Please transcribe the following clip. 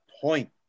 point